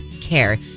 care